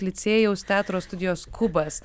licėjaus teatro studijos kubas